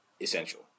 essential